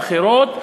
מסיבות אלה ואחרות.